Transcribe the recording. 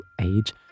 Age